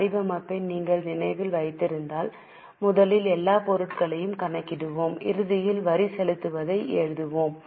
வடிவமைப்பை நீங்கள் நினைவில் வைத்திருந்தால் முதலில் எல்லா பொருட்களையும் கணக்கிடுவோம் இறுதியில் வரி செலுத்துவதை எழுதுகிறோம்